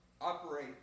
operate